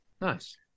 Nice